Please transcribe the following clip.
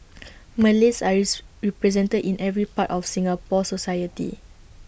Malays represented in every part of Singapore society